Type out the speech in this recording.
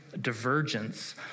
divergence